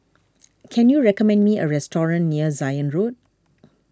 can you recommend me a restaurant near Zion Road